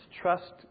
trust